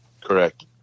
Correct